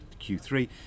q3